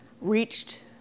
reached